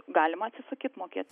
galima atsisakyt mokėt